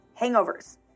hangovers